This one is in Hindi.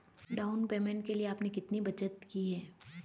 डाउन पेमेंट के लिए आपने कितनी बचत की है?